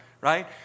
right